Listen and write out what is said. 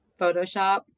Photoshop